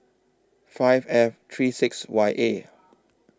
five F three six Y A